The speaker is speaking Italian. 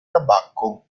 tabacco